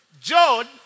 John